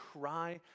cry